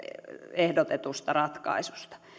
ehdotetusta ratkaisusta